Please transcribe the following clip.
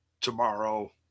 tomorrow